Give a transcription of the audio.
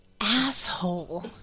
Asshole